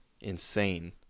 insane